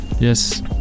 Yes